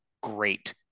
great